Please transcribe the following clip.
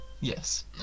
Yes